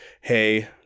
hey